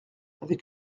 avec